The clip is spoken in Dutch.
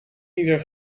ieder